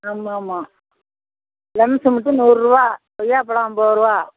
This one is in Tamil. ஆமாம் ஆமாம் பிளம்ஸு மட்டும் நூறுரூவா கொய்யாப்பழம் ஐம்பது ரூபா